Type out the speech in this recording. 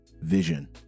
Vision